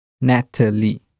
Natalie